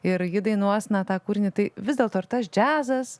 ir ji dainuos ne tą kūrinį tai vis dėlto ir tas džiazas